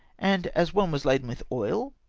and as one was laden with oil,